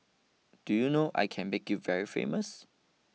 do you know I can make you very famous